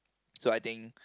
so I think